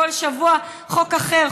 כל שבוע חוק אחר,